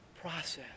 process